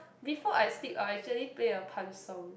before I sleep I'll actually place a Punch song